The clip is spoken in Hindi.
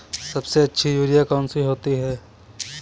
सबसे अच्छी यूरिया कौन सी होती है?